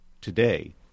today